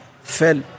fell